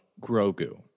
Grogu